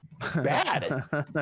bad